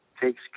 takes